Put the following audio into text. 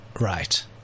Right